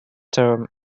term